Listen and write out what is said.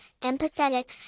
empathetic